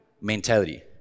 mentality